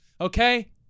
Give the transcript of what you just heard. okay